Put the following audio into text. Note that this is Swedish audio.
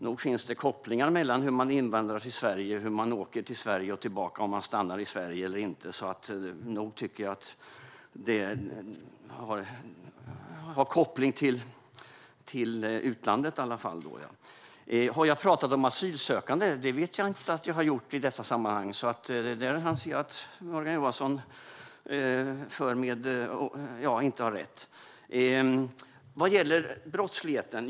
Nog finns det kopplingar när det gäller hur man invandrar till Sverige, hur man åker till Sverige och tillbaka och om man stannar i Sverige eller inte. Jag tycker att det har koppling till utlandet i alla fall. Har jag pratat om asylsökande? Det vet jag inte att jag har gjort i dessa sammanhang. Där anser jag inte att Morgan Johansson har rätt. Sedan gäller det brottsligheten.